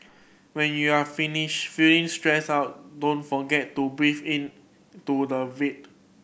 when you are finish feeling stressed out don't forget to breathe into the void